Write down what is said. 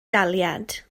daliad